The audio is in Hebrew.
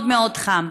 מאוד מאוד חם.